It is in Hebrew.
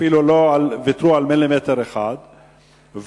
אפילו לא ויתרו על מילימטר אחד,